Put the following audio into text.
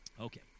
Okay